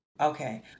Okay